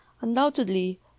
Undoubtedly